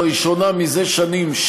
לראשונה זה שנים,